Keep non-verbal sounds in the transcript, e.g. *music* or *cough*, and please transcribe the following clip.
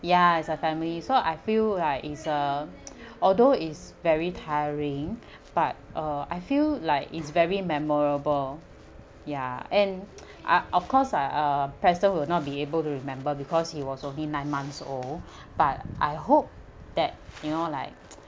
ya is a family so I feel like is uh *noise* although is very tiring but uh I feel like it's very memorable ya and ah of course I uh preston will not be able to remember because he was only nine months old but I hope that you know like